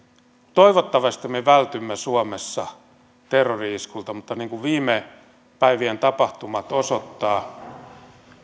toivottavasti me vältymme suomessa terrori iskulta mutta niin kuin viime päivien tapahtumat osoittavat